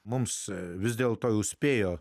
mums vis dėlto jau spėjo